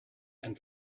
and